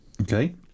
Okay